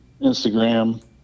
Instagram